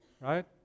right